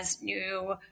new